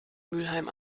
mülheim